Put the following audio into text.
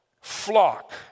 flock